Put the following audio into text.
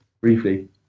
Briefly